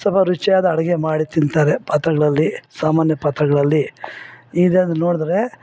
ಸ್ವಲ್ಪ ರುಚಿಯಾದ ಅಡಿಗೆ ಮಾಡಿ ತಿಂತಾರೆ ಪಾತ್ರೆಗಳಲ್ಲಿ ಸಾಮಾನ್ಯ ಪಾತ್ರೆಗಳಲ್ಲಿ ಇದೆಲ್ಲ ನೋಡಿದ್ರೆ